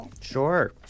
Sure